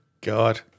God